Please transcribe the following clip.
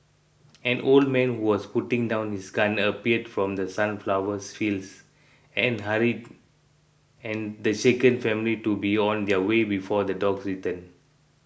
an old man who was putting down his gun appeared from The Sunflowers fields and hurried and the shaken family to be on their way before the dogs return